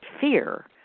fear